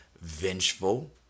vengeful